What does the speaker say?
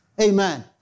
Amen